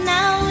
Now